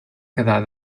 quedar